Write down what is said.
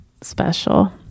special